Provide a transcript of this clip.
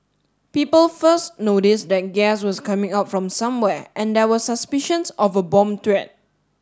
people first noticed that gas was coming out from somewhere and there were suspicions of a bomb threat